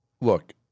Look